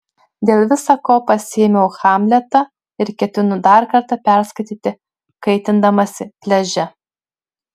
dėl visa ko pasiėmiau hamletą ir ketinu dar kartą perskaityti kaitindamasi pliaže